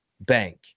Bank